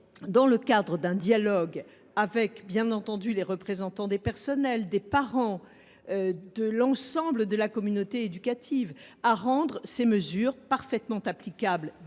dans le cadre d’un dialogue avec les représentants des personnels, des parents, de l’ensemble de la communauté éducative, à rendre ces mesures parfaitement applicables